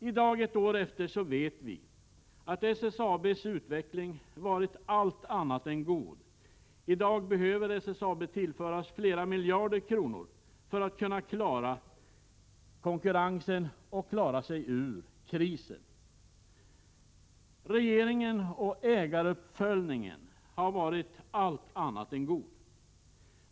I dag, ett år senare, vet vi att SSAB:s utveckling varit allt annat än god. I dag behöver SSAB tillföras flera miljarder kronor för att kunna klara konkurrensen och klara sig ur krisen. Regeringens ägaruppföljning har varit allt annat än god.